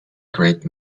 great